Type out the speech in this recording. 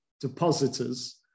depositors